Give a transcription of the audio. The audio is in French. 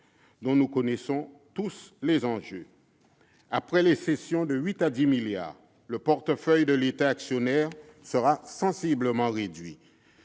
dont nous connaissons tous les enjeux. Après des cessions d'un montant de 8 à 10 milliards d'euros, le portefeuille de l'État actionnaire sera sensiblement réduit.